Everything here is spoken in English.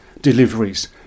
deliveries